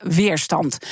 weerstand